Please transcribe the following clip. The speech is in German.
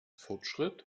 fortschritt